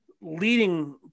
leading